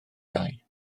gau